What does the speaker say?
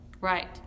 Right